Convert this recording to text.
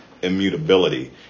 Immutability